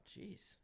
Jeez